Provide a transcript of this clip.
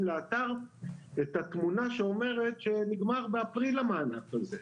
לאתר את התמונה שאומרת שנגמר באפריל המענק הזה.